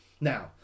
Now